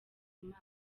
imana